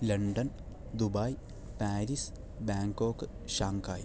London Dubai Paris Bangkok Shanghai